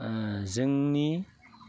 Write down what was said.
जोंनि